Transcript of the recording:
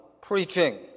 preaching